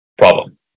Problem